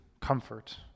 comfort